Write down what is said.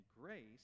grace